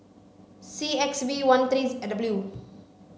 C X V one three W